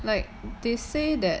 like they say that